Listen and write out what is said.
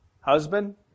husband